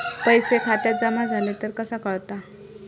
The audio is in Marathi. पैसे खात्यात जमा झाले तर कसा कळता?